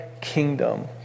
kingdom